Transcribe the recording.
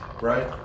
right